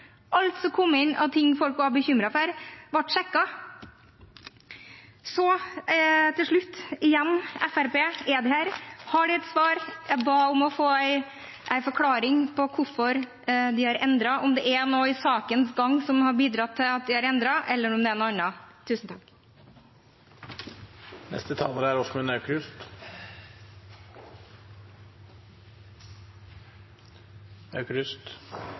kom inn av ting folk var bekymret for, ble sjekket. Så til slutt, igjen: Fremskrittspartiet, er de her? Jeg ba om et svar, jeg ba om å få en forklaring på hvorfor de har endret syn. Er det noe i sakens gang som har bidratt til at de har endret syn, eller er det noe annet? I likhet med representanten Norderhus etterlyser også jeg Fremskrittspartiets svar. Det er